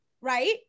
right